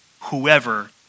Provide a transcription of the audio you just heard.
whoever